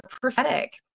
prophetic